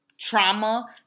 trauma